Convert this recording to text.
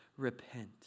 Repent